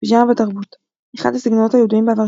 פיג'מה בתרבות אחד הסגנונות הידועים בעבר של